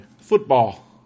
Football